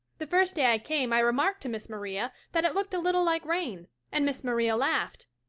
the first day i came i remarked to miss maria that it looked a little like rain and miss maria laughed.